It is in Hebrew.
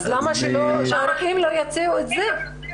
אז למה שהרופאים לא יציעו את זה?